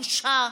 בושה.